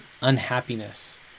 unhappiness